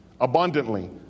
abundantly